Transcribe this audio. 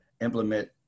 implement